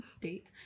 date